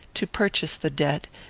to purchase the debt,